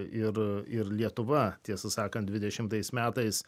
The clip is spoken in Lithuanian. ir ir lietuva tiesą sakant dvidešimtais metais